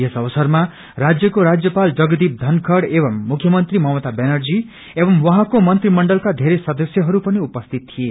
यस अवसरमा राज्यको राज्यपाल जगदीप थनखड़ अनि मुख्यमन्त्री ममता ब्यानर्जी एव उहाँको मंत्री मण्डलका घेरै सदस्यहरू पनि उपस्थित थिए